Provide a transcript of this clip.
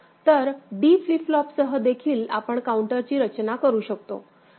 तर D flip फ्लॉपसह देखील आपण काउंटरची रचना करू शकतो